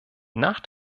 nach